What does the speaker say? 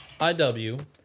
IW